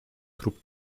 trup